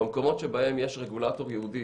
במקומות שבהם יש רגולטור ייעודי,